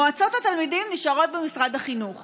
מועצות התלמידים נשארות במשרד החינוך